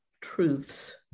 truths